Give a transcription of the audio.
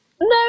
No